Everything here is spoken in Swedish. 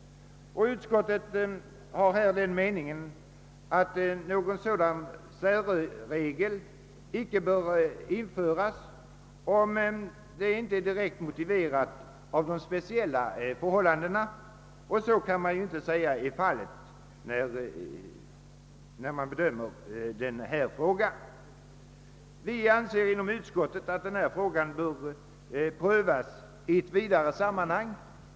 Utskottet har den meningen att någon särregel icke bör införas om så inte är direkt motiverat av de speciella förhållandena. Så kan ju inte heller sägas vara fallet vid en bedömning av frågan. Vi anser inom utskottet att detta spörsmål bör prövas i ett vidare sammanhang.